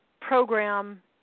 program